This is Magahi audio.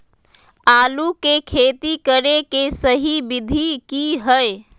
आलू के खेती करें के सही विधि की हय?